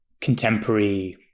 contemporary